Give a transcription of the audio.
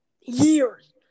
years